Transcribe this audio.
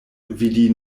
vidi